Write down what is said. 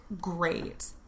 great